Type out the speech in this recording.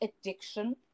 addiction